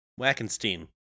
Wackenstein